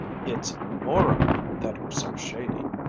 it's morally that we're so shady!